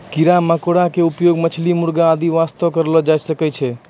कीड़ा मकोड़ा के उपयोग मछली, मुर्गी आदि वास्तॅ करलो जाय छै